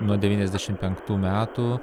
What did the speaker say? nuo devyniasdešimt penktų metų